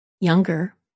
younger